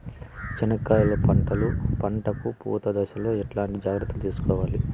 చెనక్కాయలు పంట కు పూత దశలో ఎట్లాంటి జాగ్రత్తలు తీసుకోవాలి?